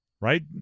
Right